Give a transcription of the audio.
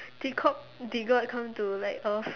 they caught they got come to like earth